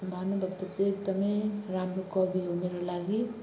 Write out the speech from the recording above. भानुभक्त चाहिँ एकदम राम्रो कवि हुन् मेरो लागि